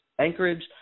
Anchorage